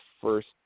first